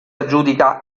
aggiudica